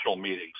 meetings